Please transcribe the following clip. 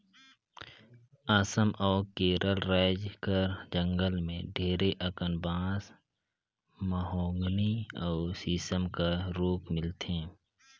असम अउ केरल राएज कर जंगल में ढेरे अकन बांस, महोगनी अउ सीसम कर रूख मिलथे